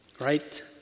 right